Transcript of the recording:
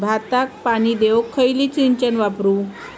भाताक पाणी देऊक खयली सिंचन वापरू?